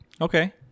Okay